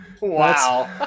Wow